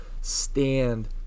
stand